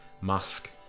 Musk